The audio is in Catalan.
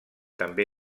també